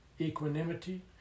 Equanimity